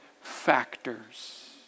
factors